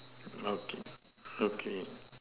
okay okay